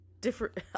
different